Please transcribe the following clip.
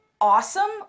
awesome